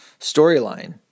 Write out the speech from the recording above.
storyline